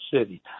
City